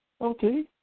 Okay